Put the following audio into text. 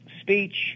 speech